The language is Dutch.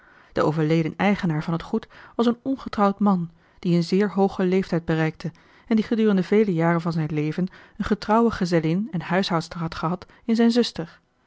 de overleden eigenaar van het goed was een ongetrouwd man die een zeer hoogen leeftijd bereikte en die gedurende vele jaren van zijn leven een getrouwe gezellin en huishoudster had gehad in zijne zuster